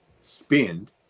spend